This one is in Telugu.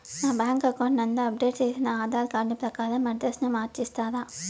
నా బ్యాంకు అకౌంట్ నందు అప్డేట్ చేసిన ఆధార్ కార్డు ప్రకారం అడ్రస్ ను మార్చిస్తారా?